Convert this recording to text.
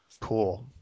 Cool